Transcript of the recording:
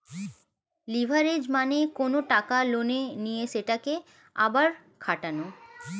leverage মানে কোনো টাকা লোনে নিয়ে সেটাকে আবার খাটানো